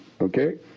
okay